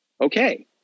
okay